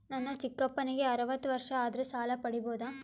ನನ್ನ ಚಿಕ್ಕಪ್ಪನಿಗೆ ಅರವತ್ತು ವರ್ಷ ಆದರೆ ಸಾಲ ಪಡಿಬೋದ?